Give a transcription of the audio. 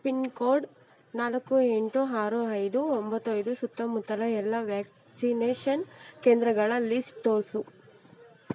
pin code ನಾಲ್ಕು ಎಂಟು ಆರು ಐದು ಒಂಬತ್ತು ಐದು ಸುತ್ತಮುತ್ತಲ ಎಲ್ಲ ವ್ಯಾಕ್ಸಿನೇಷನ್ ಕೇಂದ್ರಗಳ ಲಿಸ್ಟ್ ತೋರಿಸು